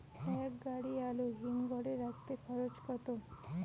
এক গাড়ি আলু হিমঘরে রাখতে খরচ কত?